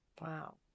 Wow